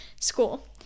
school